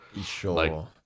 Sure